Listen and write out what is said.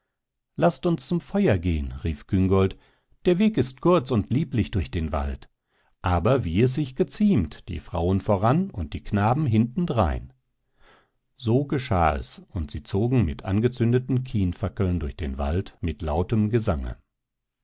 laßt uns zum feuer gehen rief küngolt der weg ist kurz und lieblich durch den wald aber wie es sich geziemt die frauen voran und die knaben hintendrein so geschah es und sie zogen mit angezündeten kienfackeln durch den wald mit lautem gesange